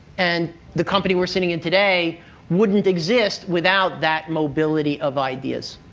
and the company we're sitting in today wouldn't exist without that mobility of ideas.